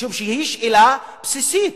משום שהיא שאלה בסיסית.